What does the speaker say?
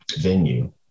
venue